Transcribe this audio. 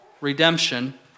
redemption